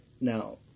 Now